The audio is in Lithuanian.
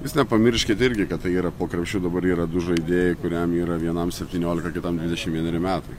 jūs nepamirškit irgi kad tai yra po krepšiu dabar yra du žaidėjai kuriam yra vienam septyniolika kitam dvidešim vieneri metai